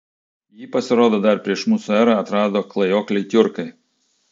jį pasirodo dar prieš mūsų erą atrado klajokliai tiurkai